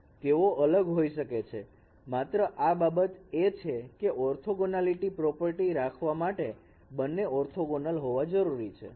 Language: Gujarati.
તેઓ અલગ હોઈ શકે છે માત્ર આ બાબત એ છે કે ઓર્થોગોનાલીટી પ્રોપર્ટી રાખવા માટે બંને ઓર્થોગોનલ હોવા જરૂરી છે